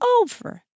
over